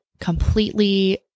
completely